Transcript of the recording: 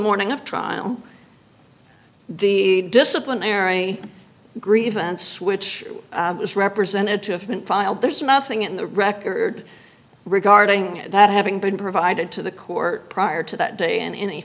morning of trial the disciplinary grievance which is represented to have been filed there's nothing in the record regarding that having been provided to the court prior to that day and in any